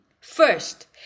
first